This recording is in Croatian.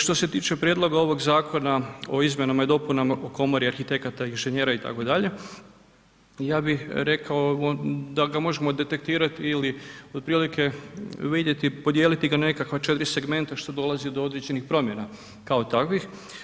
Što se tiče prijedloga ovog Zakona o izmjenama i dopunama o komori arhitekata, inženjera itd. ja bih rekao da ga možemo detektirati ili otprilike vidjeti, podijeliti ga nekako na 4 segmenta što dolazi do određenih promjena kao takvih.